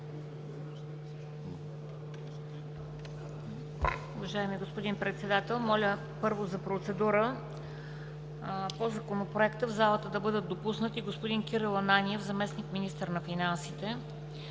Уважаеми господин Председател, моля за процедура по Законопроекта в залата да бъдат допуснати господин Кирил Ананиев – заместник-министър на финансите,